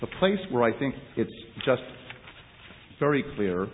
the place where i think it's just very clear